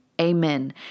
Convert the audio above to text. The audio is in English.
Amen